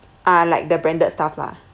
ah like the branded stuff lah